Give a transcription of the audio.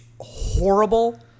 horrible